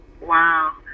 Wow